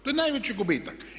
To je najveći gubitak.